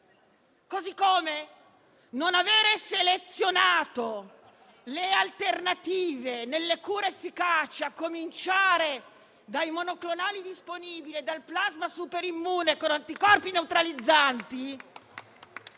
Così come non aver diversificato le alternative nelle cure specifiche, a cominciare dai monoclonali disponibili e dal plasma superimmune con anticorpi neutralizzanti,